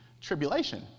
tribulation